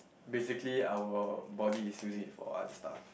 basically our body is using it for other stuff